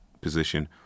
position